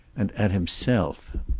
and at himself.